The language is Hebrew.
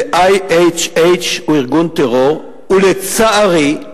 ו-IHH הוא ארגון טרור, ולצערי,